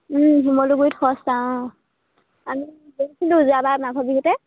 শিমলুগুৰিত সস্তা অঁ আমি গৈছিলোঁ যোৱাবাৰ মাঘৰ বিহুতে